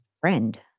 friend